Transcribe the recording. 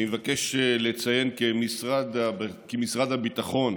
אני מבקש לציין כי משרד הביטחון